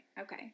okay